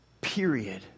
period